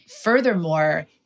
furthermore